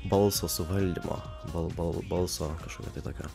balso suvaldymo valdovo balso kažkokio kitokio